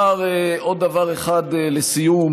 אומר עוד דבר אחד לסיום.